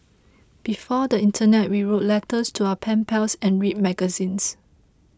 before the internet we wrote letters to our pen pals and read magazines